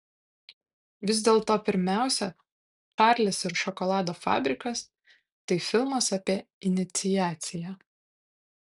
vis dėlto pirmiausia čarlis ir šokolado fabrikas tai filmas apie iniciaciją